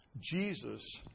Jesus